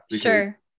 Sure